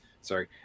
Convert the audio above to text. Sorry